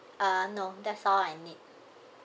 uh no that's all I need